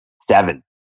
Seven